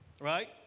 Right